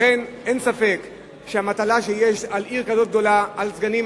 לכן אין ספק שהמטלה שיש בעיר כזאת גדולה על סגנים,